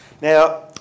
Now